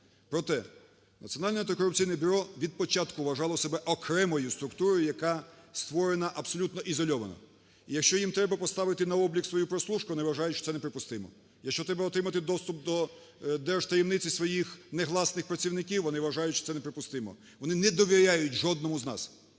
Проте Національне антикорупційне бюро від початку вважало себе окремою структурою, яка створена абсолютно ізольована. Якщо їм треба поставити на облік свою прослушку, вони вважають що це неприпустимо. Якщо треба отримати доступ до держтаємниці своїх негласних працівників, вони вважають що це не припустимо. Вони не довірять жодному з нас,